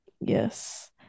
Yes